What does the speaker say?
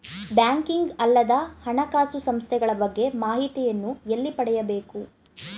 Banking ಅಲ್ಲದ ಹಣಕಾಸು ಸಂಸ್ಥೆಗಳ ಬಗ್ಗೆ ಮಾಹಿತಿಯನ್ನು ಎಲ್ಲಿ ಪಡೆಯಬೇಕು?